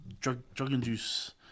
drug-induced